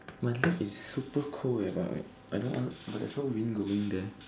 my leg is super cold eh but my I don't under but there's no wind going there